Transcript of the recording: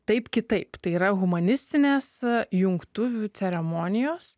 taip kitaip tai yra humanistinės jungtuvių ceremonijos